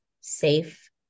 safe